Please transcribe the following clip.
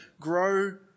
grow